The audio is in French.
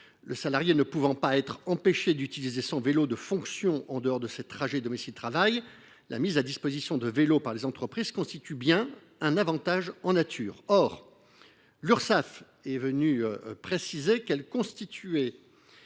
Le salarié ne pouvant être empêché d’utiliser son vélo de fonction en dehors de ses trajets domicile travail, la mise à disposition de vélos par les entreprises constitue bien un avantage en nature. Or l’Urssaf a précisé que cette